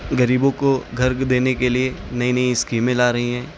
غریبو کو گھر دینے کے لیے نئی نئی اسکیمیں لا رہی ہیں